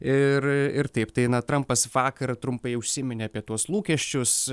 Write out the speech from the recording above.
ir ir taip tai na trampas vakar trumpai užsiminė apie tuos lūkesčius